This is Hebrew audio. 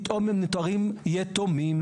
פתאום הם מותרים יתומים,